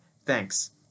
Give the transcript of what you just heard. Thanks